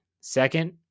second